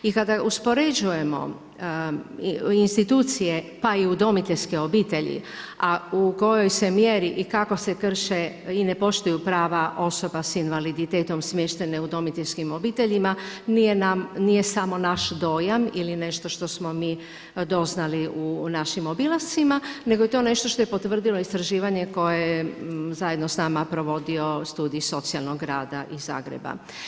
I kada uspoređujemo institucije pa i udomiteljske obitelji, a u kojoj se mjeri i kako se krše i ne poštuju prava osoba s invaliditetom smještene u udomiteljskim obiteljima, nije samo naš dojam ili nešto što smo mi doznali u našim obilascima, nego je to nešto što je potvrdilo istraživanje koje zajedno s nama provodio studij socijalnog rada iz Zagreba.